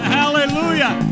hallelujah